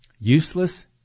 Useless